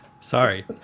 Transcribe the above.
sorry